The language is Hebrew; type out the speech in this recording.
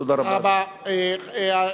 תודה רבה, אדוני.